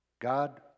God